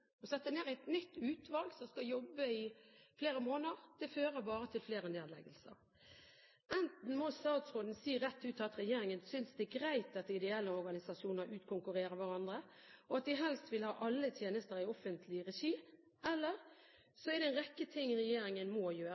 Å sette ned et nytt utvalg som skal jobbe i flere måneder, fører bare til flere nedleggelser. Enten må statsråden si rett ut at regjeringen synes det er greit at ideelle organisasjoner utkonkurrerer hverandre, og at de helst vil ha alle tjenester i offentlig regi, eller så er det en rekke ting regjeringen må gjøre,